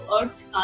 earth